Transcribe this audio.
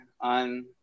on